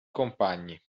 compagni